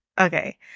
Okay